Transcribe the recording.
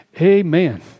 amen